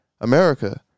America